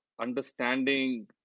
understanding